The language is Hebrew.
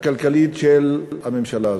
הכלכלית של הממשלה הזאת?